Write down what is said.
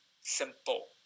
simple